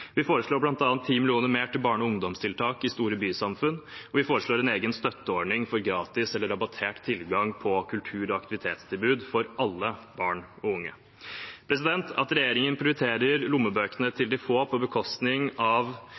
Vi foreslår bl.a. 10 mill. kr mer til barne- og ungdomstiltak i store bysamfunn, og vi foreslår en egen støtteordning for gratis eller rabattert tilgang til kultur- og aktivitetstilbud for alle barn og unge. At regjeringen prioriterer lommebøkene til de få på bekostning av